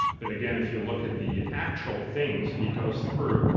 but, again, if you look at the actual things he goes through,